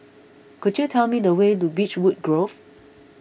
could you tell me the way to Beechwood Grove